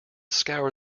scour